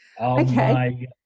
Okay